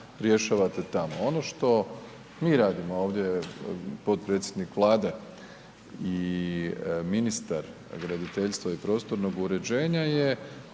rješavate tamo. Ono što mi radimo ovdje, potpredsjednik Vlade i ministar graditeljstva i prostornog uređenja